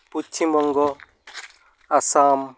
Paschim Banga Assam